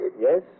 Yes